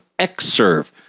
XServe